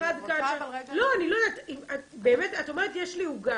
את אומרת, יש לי עוגה.